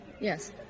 Yes